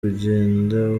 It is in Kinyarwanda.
uragenda